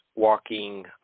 walking